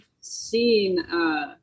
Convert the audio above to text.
seen